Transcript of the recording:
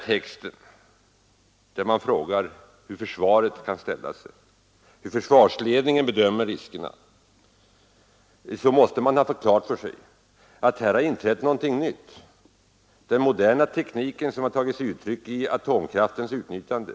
Här frågas, hur försvaret ställer sig och hur försvarsledningen bedömer riskerna med kärnkraft som energiproducent. Man måste ha klart för sig att det har inträtt någonting nytt: den moderna tekniken har tagit sig uttryck i bl.a. atomkraftens utnyttjande.